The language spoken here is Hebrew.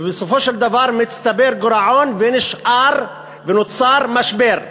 ובסופו של דבר מצטבר גירעון ונשאר, ונוצר משבר.